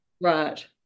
right